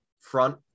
front